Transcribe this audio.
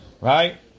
Right